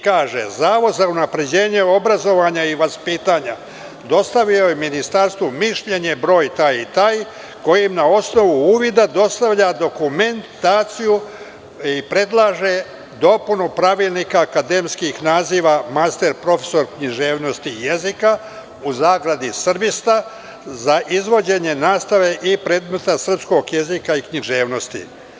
Kaže – Zavod za unapređenje obrazovanja i vaspitanja dostavio je ministarstvu mišljenje broj taj i taj, kojim na osnovu uvida dostavlja dokumentaciju i predlaže dopunu Pravilnika akademskih naziva master profesor književnosti i jezika (srbista) za izvođenje nastave i predmeta srpskog jezika i književnosti.